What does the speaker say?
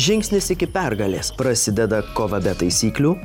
žingsnis iki pergalės prasideda kova be taisyklių